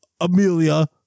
Amelia